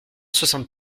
soixante